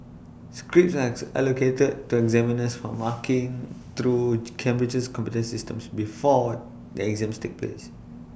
scripts as allocated to examiners for marking through Cambridge's computer systems before the exams take place